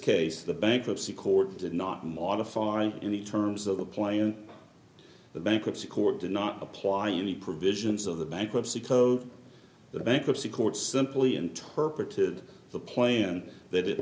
case the bankruptcy court did not modify and in the terms of applying the bankruptcy court did not apply any provisions of the bankruptcy code that a bankruptcy court simply interpreted the plane that